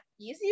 easier